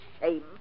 shame